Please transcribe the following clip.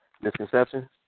Misconception